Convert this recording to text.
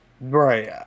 Right